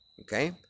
Okay